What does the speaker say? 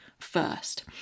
first